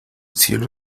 cielo